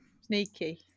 sneaky